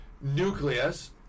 nucleus